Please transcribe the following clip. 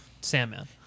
Sandman